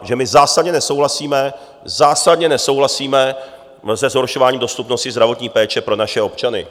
Protože my zásadně nesouhlasíme, zásadně nesouhlasíme se zhoršováním dostupnosti zdravotní péče pro naše občany.